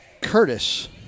Curtis